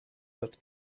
but